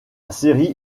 série